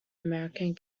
american